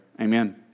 Amen